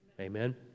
Amen